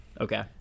Okay